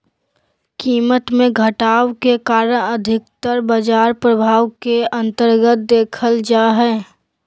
कीमत मे घटाव के कारण अधिकतर बाजार प्रभाव के अन्तर्गत देखल जा हय